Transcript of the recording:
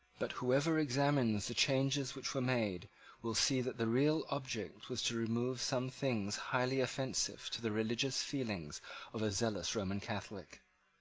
but whoever examines the changes which were made will see that the real object was to remove some things highly offensive to the religious feelings of a zealous roman catholic.